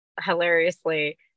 hilariously